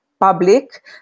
public